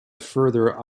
further